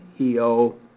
E-O